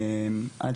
אני